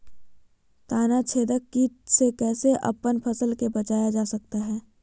तनाछेदक किट से कैसे अपन फसल के बचाया जा सकता हैं?